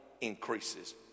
increases